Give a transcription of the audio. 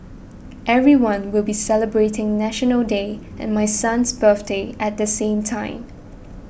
everyone will be celebrating National Day and my son's birthday at the same time